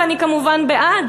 ואני כמובן בעד,